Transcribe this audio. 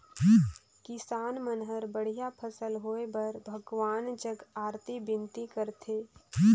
किसान मन हर बड़िया फसल होए बर भगवान जग अरती बिनती करथे